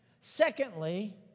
Secondly